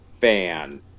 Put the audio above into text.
fan